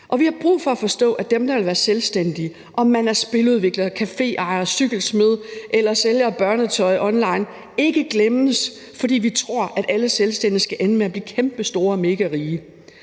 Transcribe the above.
vi har brug for at forstå, at dem, der vil være selvstændige – om man er spiludvikler, caféejer, cykelsmed eller sælger børnetøj online – ikke skal glemmes, fordi vi tror, at alle selvstændige skal ende med at blive kæmpestore og megarige.